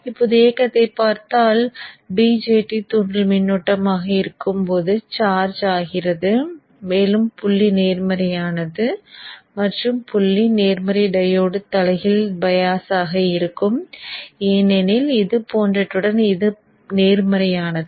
இப்போது இயக்கத்தை பார்த்தால் BJT தூண்டல் மின்னோட்டம் ஆக இருக்கும்போது சார்ஜ் ஆகிறது மேலும் புள்ளி நேர்மையானது மற்றும் புள்ளி நேர்மறை டையோடு தலைகீழ் பயாஸாக இருக்கும் ஏனெனில் இது போன்றவற்றுடன் இது நேர்மறையானது